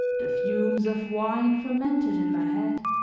the fumes of wine fermented in my head